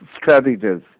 strategies